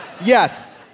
Yes